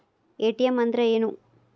ATM ಅಂದ್ರ ಏನು?